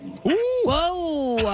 Whoa